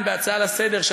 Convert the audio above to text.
כאן בהצעה לסדר-היום,